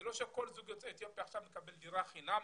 זה לא שעכשיו כל זוג יוצא אתיופיה מקבל מהמדינה דירה חינם.